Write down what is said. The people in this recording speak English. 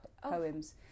poems